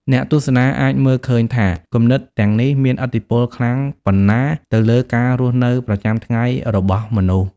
អ្នកទស្សនាអាចមើលឃើញថា គំនិតទាំងនេះមានឥទ្ធិពលខ្លាំងប៉ុណ្ណាទៅលើការរស់នៅប្រចាំថ្ងៃរបស់មនុស្ស។